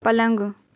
پلنگ